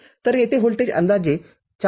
तर येथे व्होल्टेज अंदाजे ४